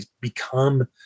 become